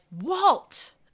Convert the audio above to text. Walt